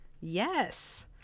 Yes